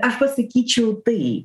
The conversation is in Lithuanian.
aš pasakyčiau tai